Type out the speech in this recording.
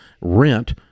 rent